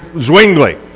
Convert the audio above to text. Zwingli